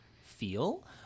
feel